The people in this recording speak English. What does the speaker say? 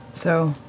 so.